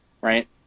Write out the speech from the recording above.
Right